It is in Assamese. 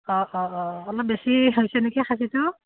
অঁ অঁ অঁ অলপ বেছি হৈছে নেকি খাচীটো